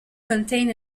contain